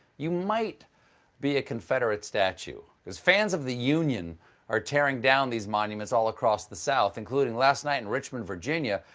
you might be a confederate statue. fans of the union are tearing down these monuments all across the south, including last night in richmond, virginia,